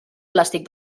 plàstic